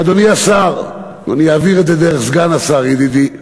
אדוני השר, אני אעביר את זה דרך סגן השר ידידי,